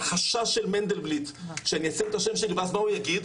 מהחשש של מנדלבליט שאני ישים את השם שלו ואז מה הוא יגיד?